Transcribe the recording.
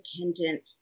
independent